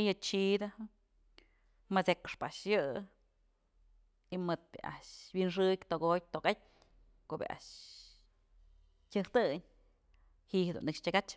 y yë chidë më t'sëkxpë a'ax yë y mëd a'ax yë wi'inxëk tëkotyë tokatyë ko'o bi'i a'ax tyëjk tëñ ji'i jedun nëkx tyakach.